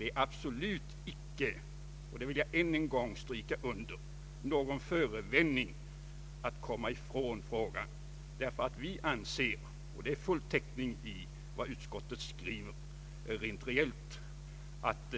Det är alltså inte — det vill jag än en gång stryka under — någon förevändning för att komma ifrån frågan. Vi anser nämligen, vilket har full täckning i vad utskottet skriver, att